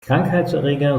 krankheitserreger